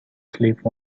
sleep